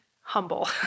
humble